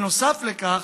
נוסף לכך